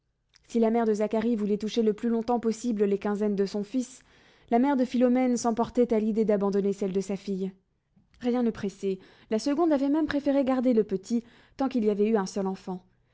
si la mère de zacharie voulait toucher le plus longtemps possible les quinzaines de son fils la mère de philomène s'emportait à l'idée d'abandonner celles de sa fille rien ne pressait la seconde avait même préféré garder le petit tant qu'il y avait eu un seul enfant